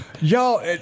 Y'all